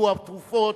הגיעו התרופות,